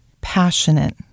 passionate